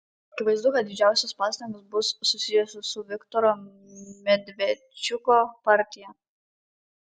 akivaizdu kad didžiausios pastangos bus susijusios su viktoro medvedčiuko partija